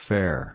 Fair